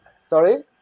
Sorry